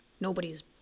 nobody's